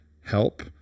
help